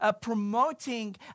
promoting